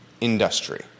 industry